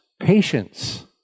Patience